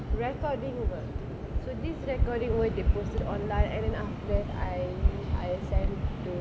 recording work so this recording work they posted online and then after that I I send to